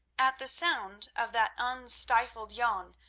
at the sound of that unstifled yawn,